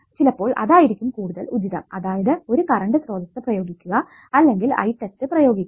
ചിലപ്പോൾ അതായിരിക്കും കൂടുതൽ ഉചിതം അതായത് ഒരു കറണ്ട് സ്രോതസ്സ് പ്രയോഗിക്കുക അല്ലെങ്കിൽ I test പ്രയോഗിക്കുക